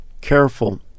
careful